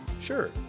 Sure